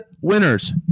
winners